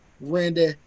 Randy